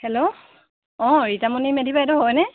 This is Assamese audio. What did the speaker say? হেল্ল' অঁ ৰীতামণি মেদী বাইদউ হয়নে